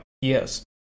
yes